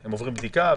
שהם עוברים בדיקה וכו'.